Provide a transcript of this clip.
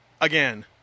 Again